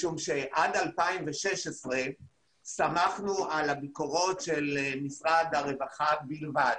עד 2016 סמכנו על הביקורות של משרד הרווחה בלבד.